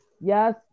Yes